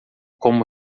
como